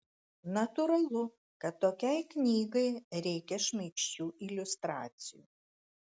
natūralu kad tokiai knygai reikia šmaikščių iliustracijų